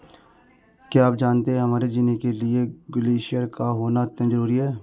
क्या आप जानते है हमारे जीने के लिए ग्लेश्यिर का होना अत्यंत ज़रूरी है?